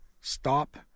stop